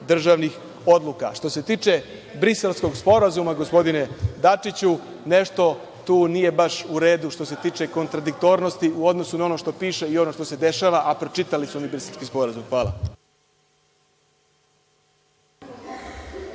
državnih odluka. Što se tiče Briselskog sporazuma, gospodine Dačiću, nešto tu nije baš u redu što se tiče kontradiktornosti u odnosu na ono što piše i ono što se dešava, a pročitali smo mi Briselski sporazum. Hvala.